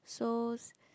so s~